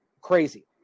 crazy